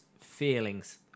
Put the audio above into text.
feelings